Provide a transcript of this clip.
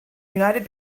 united